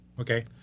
Okay